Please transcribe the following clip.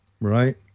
Right